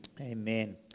Amen